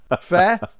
Fair